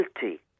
guilty